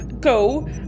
go